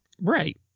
right